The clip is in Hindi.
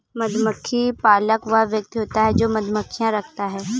मधुमक्खी पालक वह व्यक्ति होता है जो मधुमक्खियां रखता है